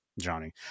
Johnny